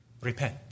Repent